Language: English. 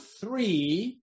three